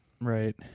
Right